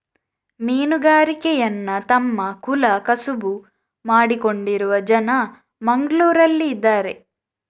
ಮೀನುಗಾರಿಕೆಯನ್ನ ತಮ್ಮ ಕುಲ ಕಸುಬು ಮಾಡಿಕೊಂಡಿರುವ ಜನ ಮಂಗ್ಳುರಲ್ಲಿ ಇದಾರೆ